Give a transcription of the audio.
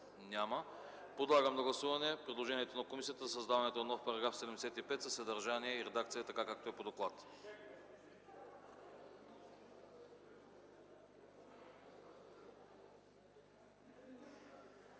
Няма. Подлагам на гласуване предложението на комисията за създаване на нов § 77 със съдържание и редакция, така както е по доклад.